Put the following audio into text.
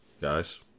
guys